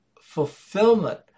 fulfillment